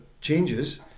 changes